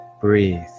breathe